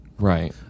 Right